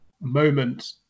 moment